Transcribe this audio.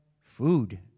food